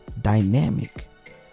dynamic